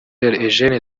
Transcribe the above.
eugene